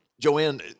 Joanne